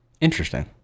Interesting